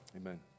Amen